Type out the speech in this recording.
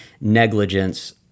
negligence